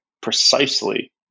precisely